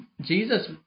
Jesus